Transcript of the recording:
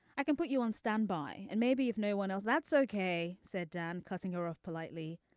i can put you on standby and maybe if no one else that's okay said dan cutting her off politely.